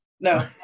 No